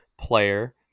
player